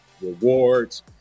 rewards